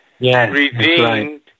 redeemed